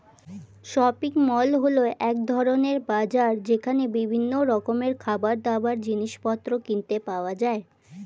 shopping mall হল এক ধরণের বাজার যেখানে বিভিন্ন রকমের খাবারদাবার, জিনিসপত্র কিনতে পাওয়া যায়